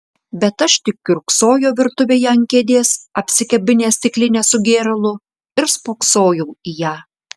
bet aš tik kiurksojau virtuvėje ant kėdės apsikabinęs stiklinę su gėralu ir spoksojau į ją